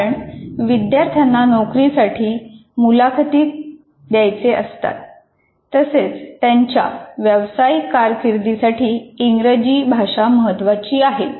कारण विद्यार्थ्यांना नोकरीसाठी मुलाखती द्यायचे असतात तसेच त्यांच्या व्यवसायिक कारकिर्दीसाठी इंग्रजी भाषा महत्त्वाची आहे